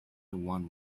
one